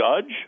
judge